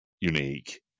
unique